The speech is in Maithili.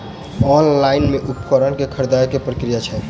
ऑनलाइन मे उपकरण केँ खरीदय केँ की प्रक्रिया छै?